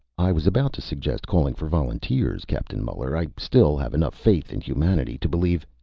i was about to suggest calling for volunteers, captain muller. i still have enough faith in humanity to believe.